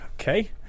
Okay